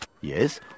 Yes